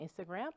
Instagram